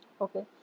Okay